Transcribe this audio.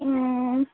మ్మ్